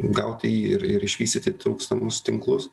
gauti jį ir ir išvystyti trūkstamus tinklus